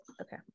Okay